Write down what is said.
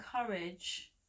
encourage